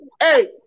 hey